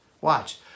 Watch